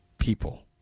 people